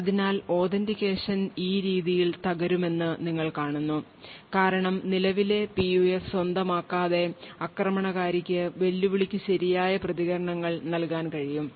അതിനാൽ authentication ഈ രീതിയിൽ തകരുമെന്ന് നിങ്ങൾ കാണുന്നു കാരണം നിലവിലെ PUF സ്വന്തമാക്കാതെ ആക്രമണകാരിക്ക് വെല്ലുവിളികൾക്ക് ശരിയായ പ്രതികരണങ്ങൾ നൽകാൻ കഴിയും